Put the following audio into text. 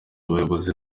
abayobozi